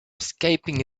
escaping